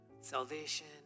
Salvation